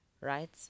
right